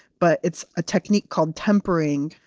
but it's a technique called tempering.